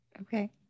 Okay